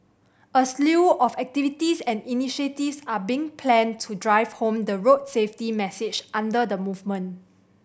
a slew of activities and initiatives are being planned to drive home the road safety message under the movement